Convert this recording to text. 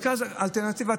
האלטרנטיבה,